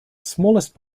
smallest